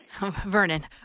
Vernon